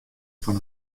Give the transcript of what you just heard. fan